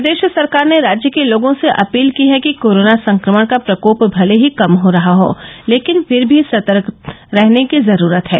प्रदेश सरकार ने राज्य के लोगों से अपील की है कि कोरोना संक्रमण का प्रकोप भले ही कम हो रहा हो लेकिन फिर भी सतर्क रहने की जरूरत है